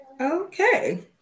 Okay